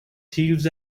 thieves